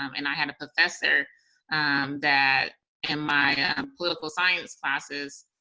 um and i had a professor that in my ah um political science classes,